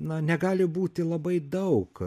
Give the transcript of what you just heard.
na negali būti labai daug